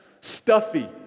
stuffy